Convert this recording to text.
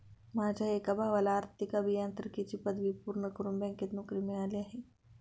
माझ्या एका भावाला आर्थिक अभियांत्रिकीची पदवी पूर्ण करून बँकेत नोकरी मिळाली आहे